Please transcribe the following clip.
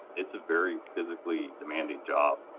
it's a very physically demanding job.